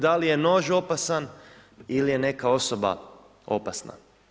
Da li je nož opasan ili je neka osoba opasna.